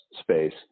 space